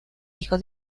hijo